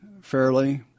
fairly